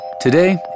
Today